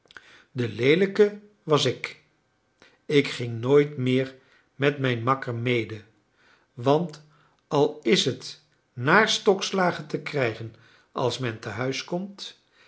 ik ik ging nooit meer met mijn makker mede want al is het naar stokslagen te krijgen als